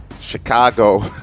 Chicago